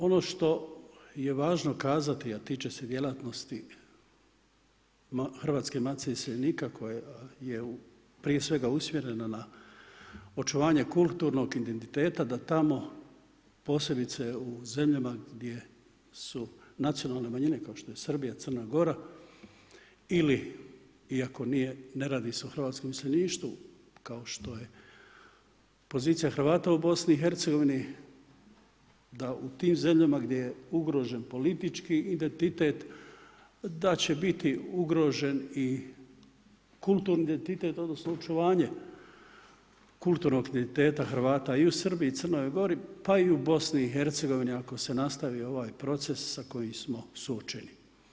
Ono što je važno kazati, a tiče se djelatnosti Hrvatske matice iseljenika koja je prije svega usmjerena na očuvanje kulturnog identiteta da tamo posebice u zemljama gdje su nacionalne manjine kao što je Srbija, Crna Gora ili iako nije, ne radi se o hrvatskom iseljeništvu kao što je pozicija Hrvata u Bosni i Hercegovini da u tim zemljama gdje je ugrožen politički identitet da će biti ugrožen i kulturni identitet odnosno očuvanje kulturnog identiteta Hrvata i u Srbiji, Crnoj Gori, pa i u Bosni i Hercegovini ako se nastavi ovaj proces sa kojim smo suočeni.